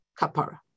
Kapara